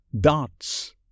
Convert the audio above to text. Darts